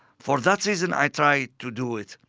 for that reason i try to do it.